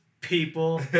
people